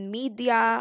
media